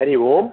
हरिः ओम्